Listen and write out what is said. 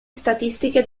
statistiche